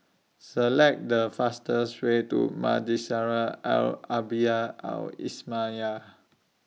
Select The fastest Way to Madrasah Al Arabiah Al Islamiah